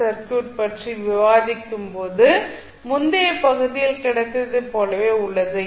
C circuit பற்றி விவாதிக்கும்போது முந்தைய பகுதியில் கிடைத்ததைப் போலவே உள்ளது